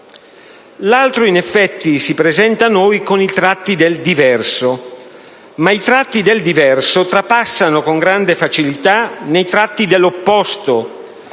l'altro si presenta a noi con i tratti del diverso. I tratti del diverso, però, trapassano con grande facilità nei tratti dell'opposto